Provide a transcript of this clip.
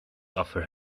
offer